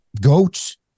goats